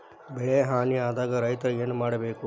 ಬೆಳಿ ಹಾನಿ ಆದಾಗ ರೈತ್ರ ಏನ್ ಮಾಡ್ಬೇಕ್?